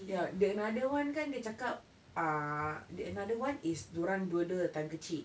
ya the another one kan dia cakap ah the another one is dia orang dua-dua time kecil